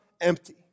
empty